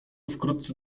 wkrótce